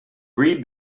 read